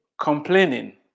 complaining